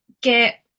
get